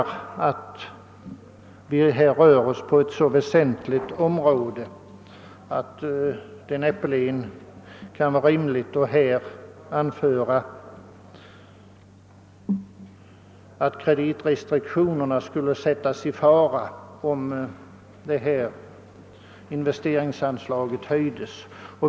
Det gäller ett så väsentligt område att det näppeligen kan vara rimligt att anföra att kreditrestriktionerna skulle sättas i fara, om investeringsanslaget höjdes.